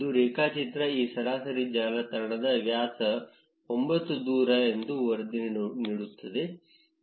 ಇದು ರೇಖಾಚಿತ್ರ ಈ ಸರಾಸರಿ ಜಾಲತಾಣದ ವ್ಯಾಸ 9 ದೂರ ಎಂದು ವರದಿ ನೀಡುತ್ತದೆ